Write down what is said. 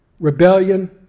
Rebellion